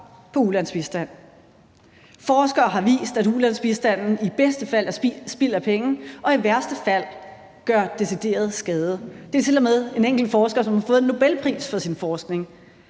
ulandsbistand. Forskere har vist, at ulandsbistanden i bedste fald er spild af penge og i værste fald gør decideret skade. Det er til og med en forsker, som har fået en Nobelpris for sin forskning.